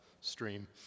stream